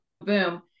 boom